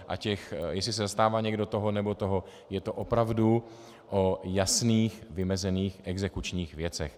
A jestli se zastává někdo toho nebo toho, je to opravdu o jasných vymezených exekučních věcech.